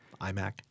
iMac